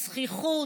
הזחיחות,